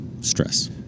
stress